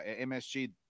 MSG